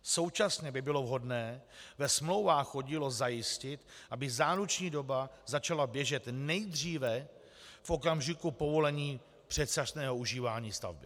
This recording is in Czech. Současně by bylo vhodné ve smlouvách o dílo zajistit, aby záruční doba začala běžet nejdříve v okamžiku povolení předčasného užívání stavby.